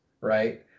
right